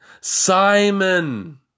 Simon